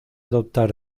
adoptar